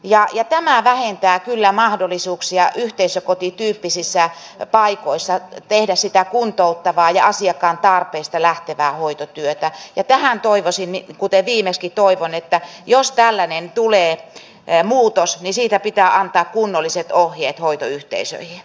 ja jättämään vähintään kyllä mahdollisuuksia yhteisökotityyppisissä paikoissa tehdä sitä kuntouttavaa ja asiakkaan tarpeista lisäksi haluan tuoda esiin erimielisyyteni niiden näkemysten kanssa että jos täällä niin tulee ne muutos vie sitä pitää antaa kunnolliset ohjeet hoitoyhteisöihin